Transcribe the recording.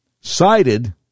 cited